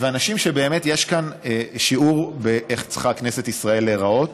באמת יש כאן שיעור על איך צריכה כנסת ישראל להיראות.